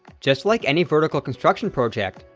just like any vertical construction project,